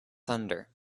thunder